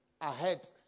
ahead